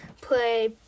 play